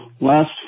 last